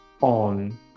on